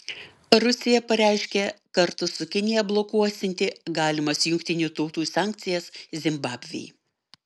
rusija pareiškė kartu su kinija blokuosianti galimas jungtinių tautų sankcijas zimbabvei